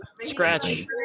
Scratch